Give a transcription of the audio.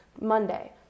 Monday